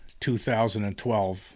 2012